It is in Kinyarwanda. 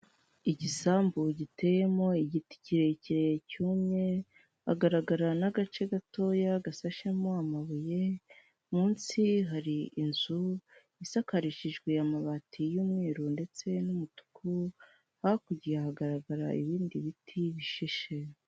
Igisambu giteyemo igiti kirekire cyumye hagaragara n'agace gatoya gasashemo amabuye, munsi hari inzu isakarishijwe amabati y'umweru ndetse n'umutuku, hakurya hagaragara ibindi biti bishishe.